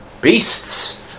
beasts